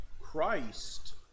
Christ